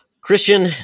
Christian